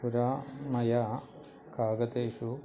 पुरा मया कागदेषु